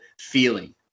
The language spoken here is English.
feeling